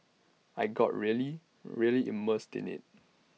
I got really really immersed in IT